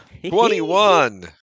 Twenty-one